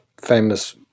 famous